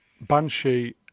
Banshee